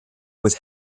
with